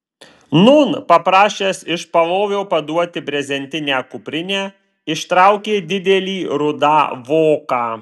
nūn paprašęs iš palovio paduoti brezentinę kuprinę ištraukė didelį rudą voką